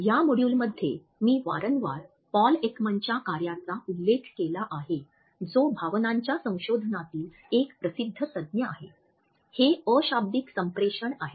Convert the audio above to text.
या मॉड्यूलमध्ये मी वारंवार पॉल एकमॅनच्या कार्याचा उल्लेख केला आहे जो भावनांच्या संशोधनातील एक प्रसिद्ध तज्ज्ञ आहे हे अशाब्दिक संप्रेषण आहे